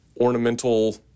ornamental